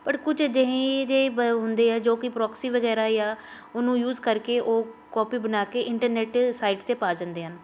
ਪਰ ਕੁਝ ਅਜਿਹੇ ਹੁੰਦੇ ਆ ਜੋ ਕਿ ਪ੍ਰੋਕਸੀ ਵਗੈਰਾ ਜਾਂ ਉਹਨੂੰ ਯੂਜ ਕਰਕੇ ਉਹ ਕੋਪੀ ਬਣਾ ਕੇ ਇੰਟਰਨੈਟ ਸਾਈਟ 'ਤੇ ਪਾ ਜਾਂਦੇ ਹਨ